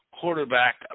quarterback